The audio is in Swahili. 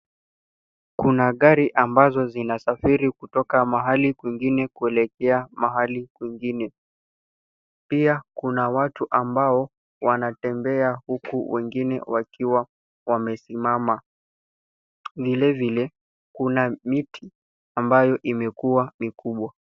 Kuna gari ambazo zina safiria kutoka mahali kwingine kuelekea mahali kwingine. Pia kuna watu ambao wanatembea huku wengine wakiwa wamesimama. Vilevile kuna miti ambayo umekua mikubwa.